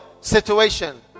situation